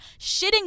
shitting